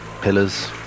pillars